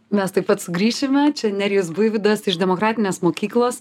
mes tuoj pat sugrįšime čia nerijus buivydas iš demokratinės mokyklos